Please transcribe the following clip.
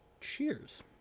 cheers